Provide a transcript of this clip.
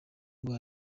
ngo